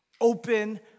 Open